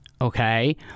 okay